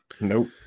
Nope